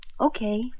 Okay